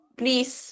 please